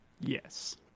yes